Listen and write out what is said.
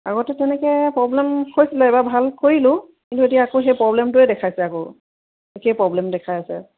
আগতে তেনেকৈ প্ৰব্লেম হৈছিলে এবাৰ ভাল কৰিলোঁ কিন্তু এতিয়া আকৌ সেই প্ৰব্লেমটোৱে দেখাইছে আকৌ একেই প্ৰব্লেম দেখাই আছে